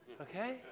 okay